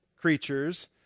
creatures